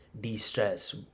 de-stress